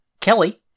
Kelly